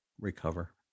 recover